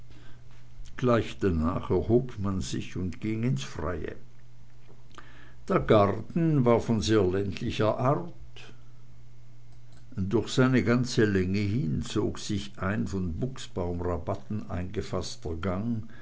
gleich danach erhob man sich und ging ins freie der garten war von sehr ländlicher art durch seine ganze länge hin zog sich ein von buchsbaumrabatten eingefaßter gang